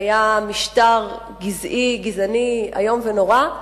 היה בארצות-הברית משטר גזעני איום ונורא.